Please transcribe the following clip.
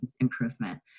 improvement